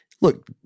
look